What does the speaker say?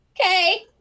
Okay